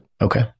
Okay